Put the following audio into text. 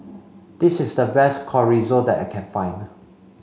this is the best Chorizo that I can find